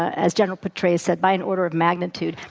as general petraeus said, by an order of magnitude.